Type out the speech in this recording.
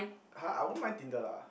[huh] I won't mind tinder lah